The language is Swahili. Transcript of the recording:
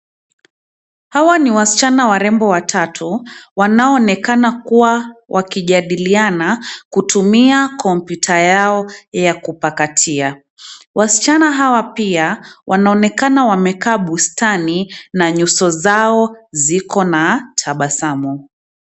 Hawa ni wasichana warembo watatu, wanaoonekana kuwa wakijadiliana kutumia kompyuta yao ya kupakatia. Wasichana hawa pia wanaonekana wamekaa bustani na nyuso zao ziko na tabasamu.